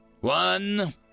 One